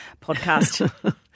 podcast